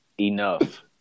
Enough